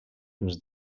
ens